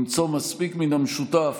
למצוא מספיק מן המשותף